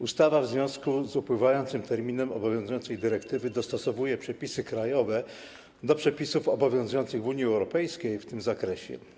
Ustawa w związku z upływającym terminem obowiązującej dyrektywy dostosowuje przepisy krajowe do przepisów obowiązujących w Unii Europejskiej w tym zakresie.